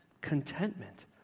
Contentment